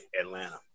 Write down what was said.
Atlanta